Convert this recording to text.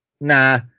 Nah